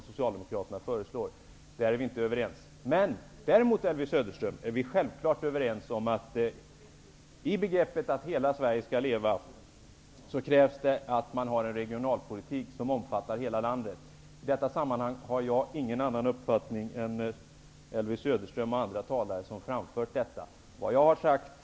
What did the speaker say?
Socialdemokraterna föreslår är vi inte överens om. Däremot, Elvy Söderström, är vi självklart överens om att det, för att begreppet Hela Sverige skall leva skall bli verklighet, krävs att man har en regionalpolitik som omfattar hela landet. I detta sammanhang har jag ingen annan uppfattning än Elvy Söderström och andra talare som har framfört detta. Det jag har sagt.